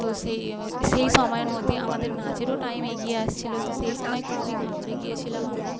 তো সেই সেই সময়ের মধ্যে আমাদের নাচেরও টাইম এগিয়ে আসছিল তো সেই সময় খুবই ঘাবড়ে গিয়েছিলাম আমরা